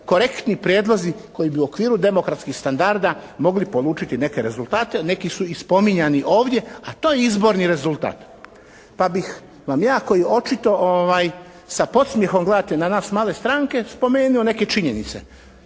korektni prijedlozi koji bi u okviru demokratskih standarda mogli polučiti neke rezultate. Neki su i spominjani ovdje. A to je izborni rezultat. Pa bih vam ja koji očito sa podsmjehom gledate na nas male stranke spomenio neke činjenice.